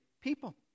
people